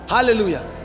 Hallelujah